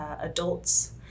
adults